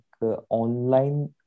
Online